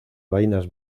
vainas